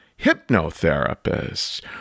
hypnotherapists